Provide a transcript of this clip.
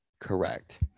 correct